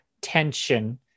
tension